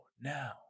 now